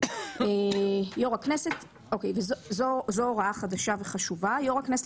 עכשיו יש הוראה חדשה וחשובה: "(ד)יושב-ראש הכנסת,